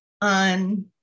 on